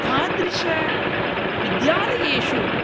तादृशविद्यालयेषु